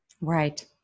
Right